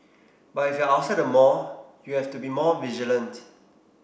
but if you are outside the mall you have to be more vigilant